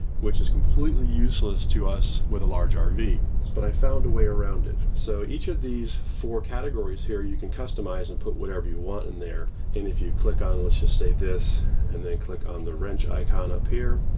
which is completely useless to us with a large um rv, but i found a way around it. so each of these four categories here, you can customize and put whatever you want in there. and if you click on, let's just say this and then click on the wrench icon up here,